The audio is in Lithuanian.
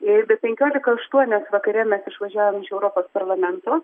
i be penkiolika aštuonios vakare mes išvažiavom iš europos parlamento